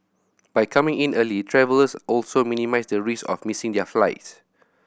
by coming in early travellers also minimise the risk of missing their flights